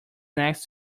next